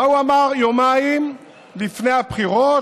מה הוא אמר יומיים לפני הבחירות,